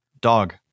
Dog